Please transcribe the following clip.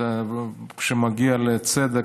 שכשמגיעים לצדק,